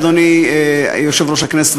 אדוני יושב-ראש הכנסת,